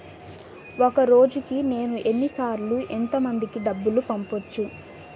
ఒక రోజుకి నేను ఎన్ని సార్లు ఎంత మందికి డబ్బులు పంపొచ్చు?